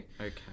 Okay